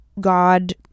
god